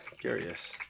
Curious